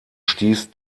stieß